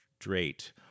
straight